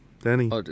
Danny